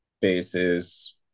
bases